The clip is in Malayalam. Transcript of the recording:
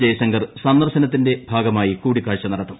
ജയശങ്കർ സന്ദർശനത്തിന്റെ ഭാഗമായി കൂടിക്കാഴ്ച നടത്തും